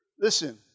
listen